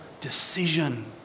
decision